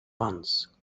once